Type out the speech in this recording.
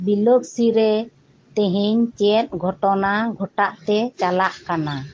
Biloxi ᱨᱮ ᱛᱮᱦᱮᱧ ᱪᱮᱫ ᱜᱷᱚᱴᱚᱱᱟ ᱜᱷᱚᱴᱟᱜ ᱛᱮ ᱪᱟᱞᱟᱜ ᱠᱟᱱᱟ